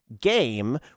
game